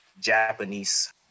Japanese